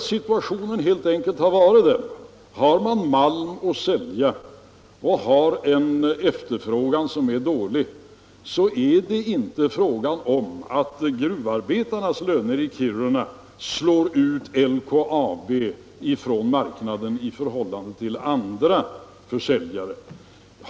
Situationen har helt enkelt varit den att har man malm att sälja och en efterfrågan som är dålig, är det inte fråga om att gruvarbetarnas löner i Kiruna slår ut LKAB från marknaden i förhållande till andra försäljare.